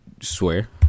swear